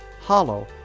hollow